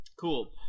Cool